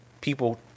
people